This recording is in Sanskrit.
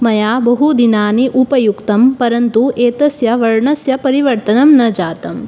मया बहुदिनानि उपयुक्तं परन्तु एतस्य वर्णस्य परिवर्तनं न जातम्